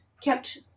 kept